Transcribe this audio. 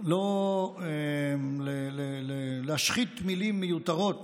לא להשחית מילים מיותרות